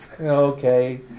okay